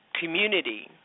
community